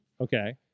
okay